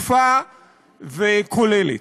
שקופה וכוללת.